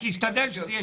ביקשתי שיהיה